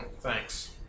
Thanks